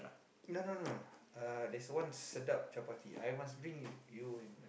no no no uh there's one sedap chapati I must bring you